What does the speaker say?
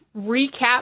recap